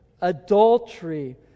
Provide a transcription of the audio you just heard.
adultery